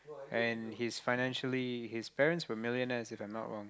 and he's financially his parents were millionaires if I'm not wrong